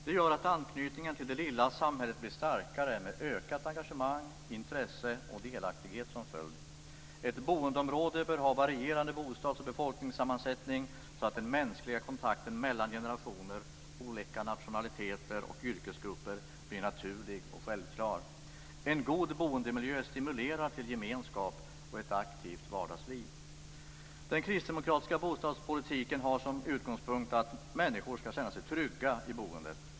Det gör att anknytningen till det lilla samhället blir starkare, med ökat engagemang, intresse och delaktighet som följd. Ett boendeområde bör ha varierande bostads och befolkningssammansättning, så att den mänskliga kontakten mellan generationer, olika nationaliteter och yrkesgrupper blir naturlig och självklar. En god boendemiljö stimulerar till gemenskap och ett aktivt vardagsliv. Den kristdemokratiska bostadspolitiken har som utgångspunkt att människor ska känna sig trygga i boendet.